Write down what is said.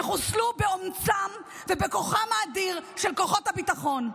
שחוסלו באומץ ובכוח האדיר של כוחות הביטחון.